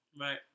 Right